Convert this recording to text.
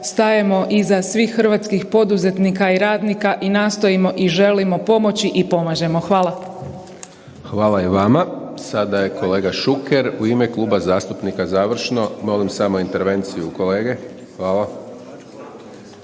stajemo iza svih hrvatskih poduzetnika i radnika i nastojimo i želimo pomoći i pomažemo. Hvala. **Hajdaš Dončić, Siniša (SDP)** Hvala i vama. Sada je kolega Šuker u ime kluba zastupnika završno. Molim samo intervenciju kolege. Hvala.